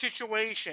situation